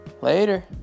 Later